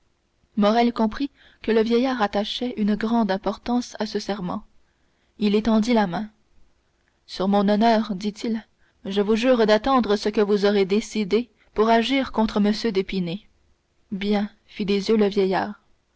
morrel comprit que le vieillard attachait une grande importance à ce serment il étendit la main sur mon honneur dit-il je vous jure d'attendre ce que vous aurez décidé pour agir contre m d'épinay bien fit des yeux le vieillard